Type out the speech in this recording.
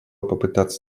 попытаться